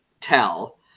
tell